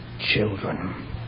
children